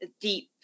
deep